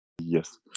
Yes